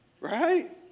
Right